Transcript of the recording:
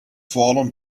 fallen